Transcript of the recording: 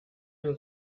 dem